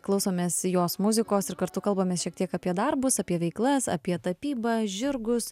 klausomės jos muzikos ir kartu kalbamės šiek tiek apie darbus apie veiklas apie tapybą žirgus